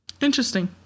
Interesting